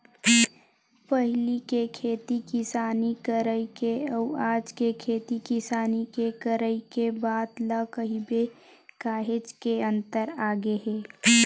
पहिली के खेती किसानी करई के अउ आज के खेती किसानी के करई के बात ल कहिबे काहेच के अंतर आगे हे